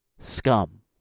Scum